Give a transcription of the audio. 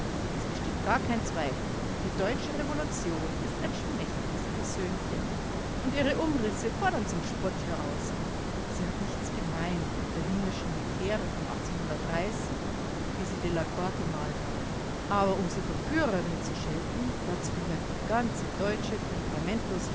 es besteht gar kein zweifel die deutsche revolution ist ein schmächtiges persönchen und ihre umrisse fordern zum spott heraus sie hat nichts gemein mit der himmlischen hetäre von wie sie delacroix gemalt hat aber um sie verführerin zu schelten dazu gehört die ganze deutsche temperamentlosigkeit